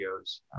videos